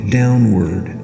downward